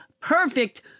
perfect